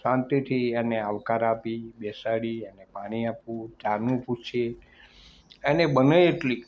શાંતિથી એને આવકાર આપી બેસાડી એને પાણી આપવું ચાનું પૂછીએ અને બને એટલી